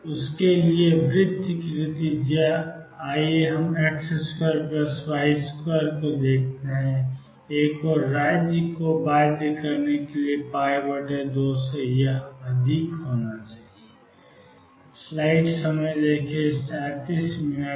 तो उसके लिए वृत्त की त्रिज्या आइए हम X2Y2 एक और राज्य को बाध्य करने के लिए 2 से अधिक होना चाहिए